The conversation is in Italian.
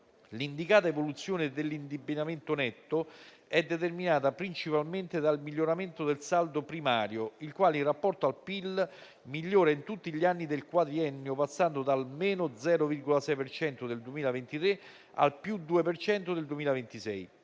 L'indicata evoluzione dell'indebitamento netto è determinata principalmente dal miglioramento del saldo primario, il quale in rapporto al PIL migliora in tutti gli anni del quadriennio, passando dal -0,6 per cento del 2023 al +2 per cento del 2026.